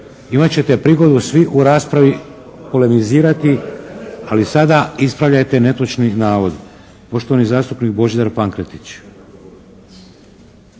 imat ćete prigodu svi u raspravi polemizirati, ali sada ispravljajte netočni navod. Poštovani zastupnik Božidar Pankretić.